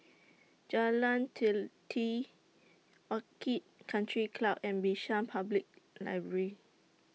Jalan Teliti Orchid Country Club and Bishan Public Library